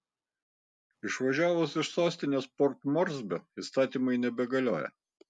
išvažiavus iš sostinės port morsbio įstatymai nebegalioja